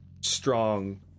strong